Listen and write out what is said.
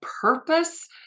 purpose